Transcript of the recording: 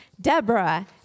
Deborah